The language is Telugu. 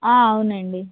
ఆ అవును అండి